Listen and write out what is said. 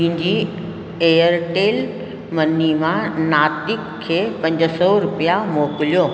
मुंहिंजी Airtel money मां नातिक खे पंज सौ रुपिया मोकिलियो